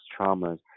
traumas